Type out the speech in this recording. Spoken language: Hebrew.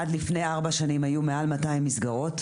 עד לפני ארבע שנים היו מעל 200 מסגרות,